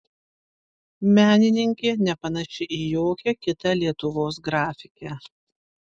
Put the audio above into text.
menininkė nepanaši į jokią kitą lietuvos grafikę